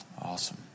Awesome